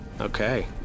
Okay